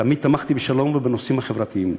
תמיד תמכתי בשלום ובנושאים החברתיים.